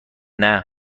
نهها